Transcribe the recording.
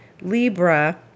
Libra